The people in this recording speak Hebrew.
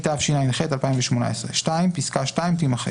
התשע"ח-2018"; פסקה (2) תימחק.